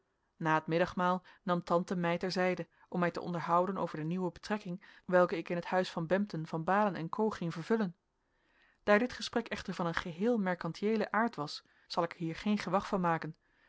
na het middagmaal nam tante mij ter zijde om mij te onderhouden over de nieuwe betrekking welke ik in het huis van bempden van baalen co ging vervullen daar dit gesprek echter van een geheel mercantiëelen aard was zal ik er hier geen gewag van maken